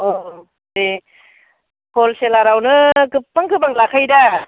औ दे हलसेलारावनो गोबां गोबां लाखायो दा